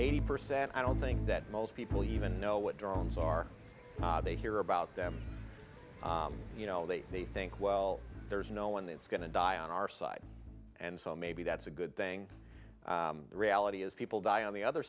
eighty percent i don't think that most people even know what drones are they hear about you know they they think well there's no one that's going to die on our side and so maybe that's a good thing the reality is people die on the other